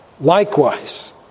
Likewise